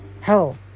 Hell